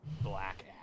black